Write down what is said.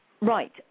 Right